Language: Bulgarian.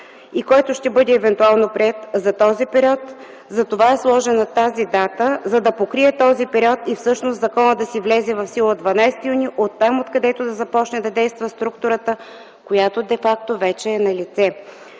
и който евентуално ще бъде приет, за този период, затова е сложена тази дата, за да покрие този период и всъщност законът да си влезе в сила на 12 юни, оттам откъдето започне да действа структурата, която де факто вече е налице,